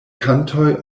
kantoj